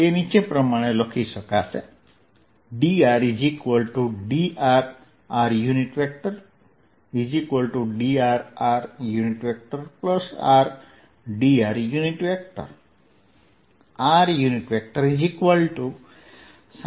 તે નીચે પ્રમાણે લખી શકાય